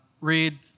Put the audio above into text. read